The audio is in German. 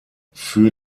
für